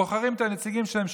בוחרים את הנציגים שלהם,